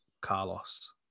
Carlos